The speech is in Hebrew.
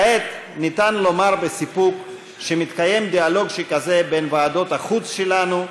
כעת אפשר לומר בסיפוק שמתקיים דיאלוג כזה בין ועדות החוץ שלנו,